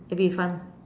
it will be fun